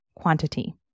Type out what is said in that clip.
quantity